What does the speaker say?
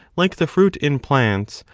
like the fruit in plants,